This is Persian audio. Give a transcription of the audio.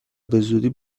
بزودی